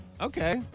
okay